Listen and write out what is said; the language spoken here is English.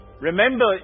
Remember